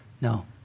No